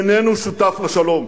איננו שותף לשלום.